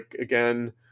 again